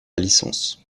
licence